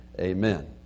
Amen